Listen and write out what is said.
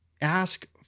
ask